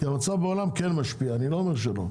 כי המצב בעולם כן משפיע אני לא אומר שלא.